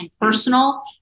personal